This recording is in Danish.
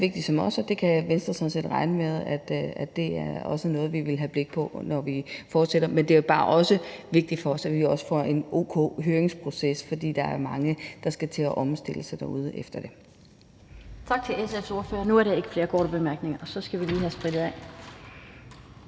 vigtigt for os, og det kan Venstre sådan set regne med også er noget, vi vil have blik for, når vi fortsætter. Men det er bare også vigtigt for os, at vi får en o.k. høringsproces, fordi der er mange, der skal til at omstille sig efter det derude. Kl. 13:17 Den fg. formand (Annette Lind): Tak til SF's ordfører. Nu er der ikke flere korte bemærkninger. Og så skal vi lige have sprittet af.